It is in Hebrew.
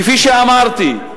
כפי שאמרתי,